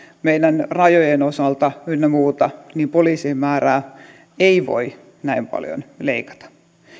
meidän rajojen osalta ynnä muuta niin poliisien määrää ei voi näin paljon leikata